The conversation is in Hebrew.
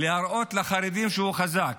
להראות לחרדים שהוא חזק,